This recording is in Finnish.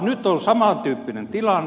nyt on samantyyppinen tilanne